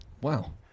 Wow